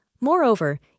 Moreover